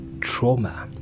trauma